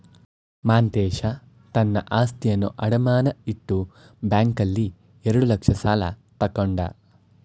ಮಾಂತೇಶ ತನ್ನ ಆಸ್ತಿಯನ್ನು ಅಡಮಾನ ಇಟ್ಟು ಬ್ಯಾಂಕ್ನಲ್ಲಿ ಎರಡು ಲಕ್ಷ ಸಾಲ ತಕ್ಕೊಂಡ